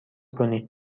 کنی